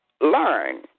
learn